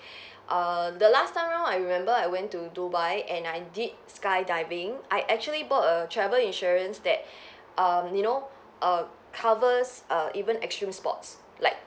err the last time round I remember I went to dubai and I did skydiving I actually bought a travel insurance that um you know uh covers err even extreme sports like